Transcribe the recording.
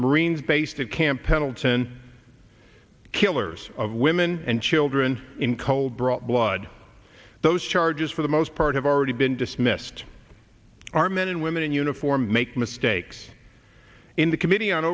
marines based at camp pendleton killers of women and children in cold brought blood those charges for the most part have already been dismissed our men and women in uniform make mistakes in the comm